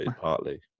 partly